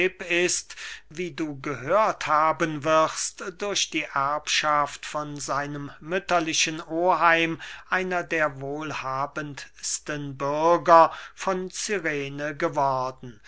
ist wie du gehört haben wirst durch die erbschaft von seinem mütterlichen oheim einer der wohlhabendsten bürger von cyrene geworden